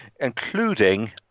including